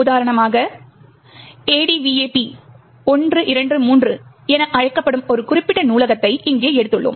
உதாரணமாக ADVAP123 என அழைக்கப்படும் ஒரு குறிப்பிட்ட நூலகத்தை இங்கே எடுத்துக்கொள்வோம்